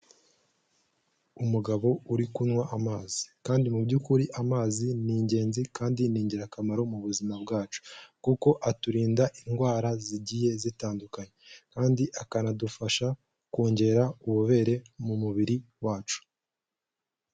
Umugabo uri kunywa amazi kandi mu by'ukuri amazi ni ingenzi kandi ni ingirakamaro mu buzima bwacu kuko aturinda indwara zigiye zitandukanye kandi akanadufasha kongera ububobere mu mubiri wacu.